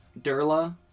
Durla